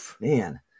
man